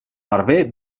barber